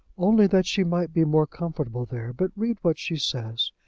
only that she might be more comfortable there. but read what she says.